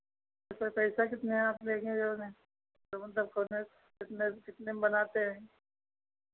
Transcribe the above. उसमें पैसा कितना आप लेंगे जाैन है तो मतलब कौने कितने कितने में बनाते हैं